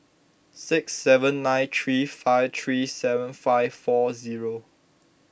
six seven nine three five three seven five four zero